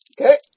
Okay